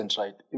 right